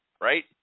right